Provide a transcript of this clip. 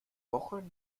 woche